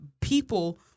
people